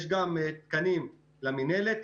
יש גם תקנים למנהלת.